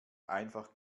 einfach